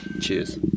Cheers